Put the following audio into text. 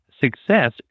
Success